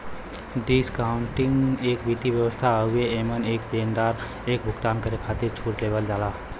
discounting एक वित्तीय व्यवस्था हउवे एमन एक देनदार एक भुगतान करे खातिर छूट देवल जाला